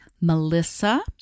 melissa